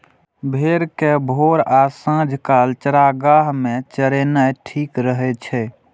भेड़ कें भोर आ सांझ काल चारागाह मे चरेनाय ठीक रहै छै